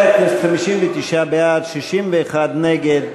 חברי הכנסת, 59 בעד, 61 נגד.